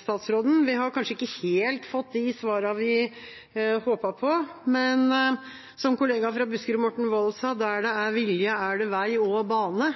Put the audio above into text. statsråden. Vi har kanskje ikke helt fått de svarene vi håpet på, men som en kollega fra Buskerud, Morten Wold, sa: Der det er vilje, er det vei – og bane.